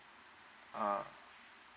ah